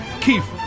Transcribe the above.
Keith